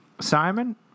Simon